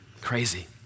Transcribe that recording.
crazy